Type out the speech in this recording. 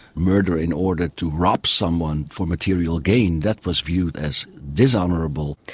murder in order to rob someone for material gain, that was viewed as dishonourable.